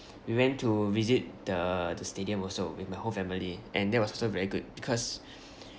we went to visit the the stadium also with my whole family and that was also very good because